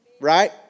Right